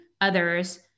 others